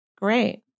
Great